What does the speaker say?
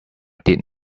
did